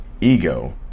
ego